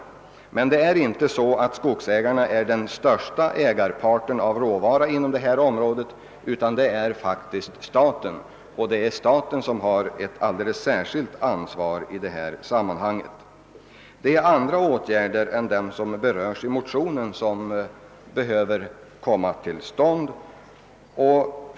Emellertid är inte skogsägarna den största ägarparten när det gäller råvara inom detta område, utan det är staten. Denna har alltså ett alldeles särskilt ansvar i detta sammanhang. Det är andra åtgärder än de som berörs i motionsparet som behöver komma till stånd.